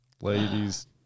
ladies